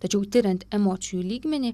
tačiau tiriant emocijų lygmenį